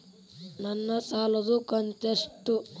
ನನ್ನ ಸಾಲದು ಕಂತ್ಯಷ್ಟು?